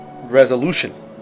resolution